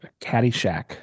caddyshack